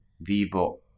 vivo